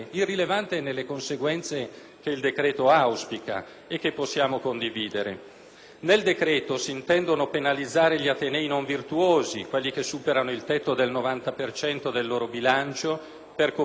Nel provvedimento si intendono penalizzare gli atenei non virtuosi, quelli che superano il tetto del 90 per cento del proprio bilancio per coprire le spese di personale.